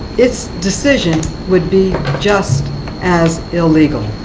its decision would be just as illegal.